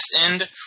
end